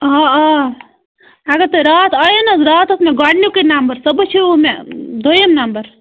آ آ اَگر تُہۍ راتھ آیو نہ حظ راتھ اوس مےٚ گۄڈنیُکُے نمبر صُبحَس چھِ وٕ مےٚ دویِم نَمبر